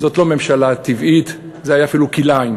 זאת לא ממשלה טבעית, זה היה אפילו כלאיים.